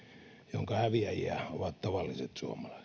jonka häviäjiä ovat tavalliset suomalaiset